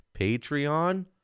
Patreon